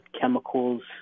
chemicals